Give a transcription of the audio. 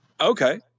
Okay